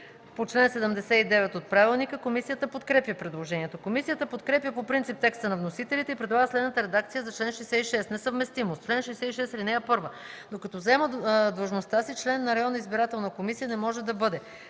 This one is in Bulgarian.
4, т. 2 от ПОДНС. Комисията подкрепя предложението. Комисията подкрепя по принцип текста на вносителите и предлага следната редакция за чл. 66: „Несъвместимост Чл. 66. (1) Докато заема длъжността си, член на районна избирателна комисия не може да бъде: